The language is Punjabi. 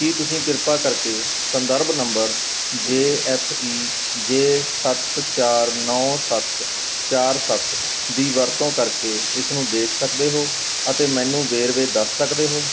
ਕੀ ਤੁਸੀਂ ਕਿਰਪਾ ਕਰਕੇ ਸੰਦਰਭ number J F E J ਸੱਤ ਚਾਰ ਨੌਂ ਸੱਤ ਚਾਰ ਸੱਤ ਦੀ ਵਰਤੋਂ ਕਰਕੇ ਇਸ ਨੂੰ ਦੇਖ ਸਕਦੇ ਹੋ ਅਤੇ ਮੈਨੂੰ ਵੇਰਵੇ ਦੱਸ ਸਕਦੇ ਹੋ